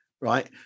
right